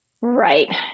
Right